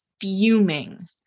fuming